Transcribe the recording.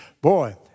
boy